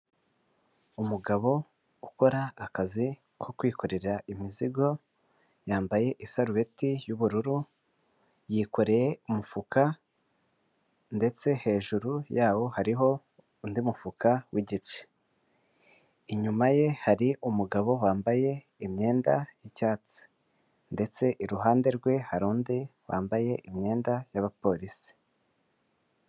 Umugabo ukora akazi ko kwikorera imizigo yambaye isarubeti y'ubururu, yikoreye umufuka ndetse hejuru yawo hariho undi mufuka wigice, inyuma ye hari umugabo wambaye imyenda y'icyatsi ndetse iruhande rwe hari undi wambaye imyenda y'abaporisi.